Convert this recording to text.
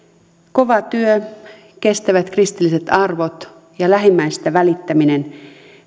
kova työ kestävät kristilliset arvot ja lähimmäisestä välittäminen